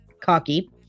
cocky